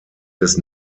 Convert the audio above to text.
des